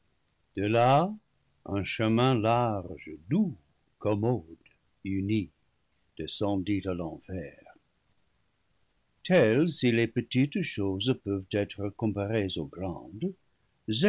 de là un chemin large doux commode uni descendit à l'enfer tel si les petites choses peuvent être comparées aux grandes